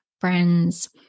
friends